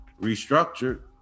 restructured